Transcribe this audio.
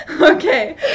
Okay